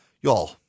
Y'all